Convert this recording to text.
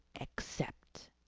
accept